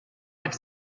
have